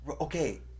Okay